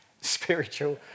spiritual